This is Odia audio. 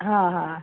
ହଁ ହଁ